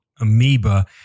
amoeba